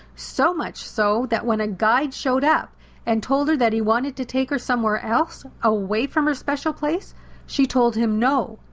so much so that when a guide showed up and told her that he wanted to take her somewhere else away from her special place she told him no.